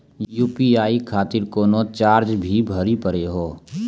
UPI खातिर कोनो charge भी भरी पड़ी हो?